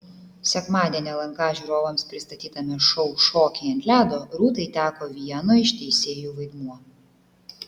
sekmadienį lnk žiūrovams pristatytame šou šokiai ant ledo rūtai teko vieno iš teisėjų vaidmuo